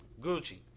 Gucci